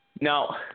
Now